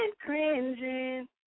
cringing